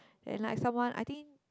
and like someone I think